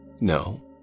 No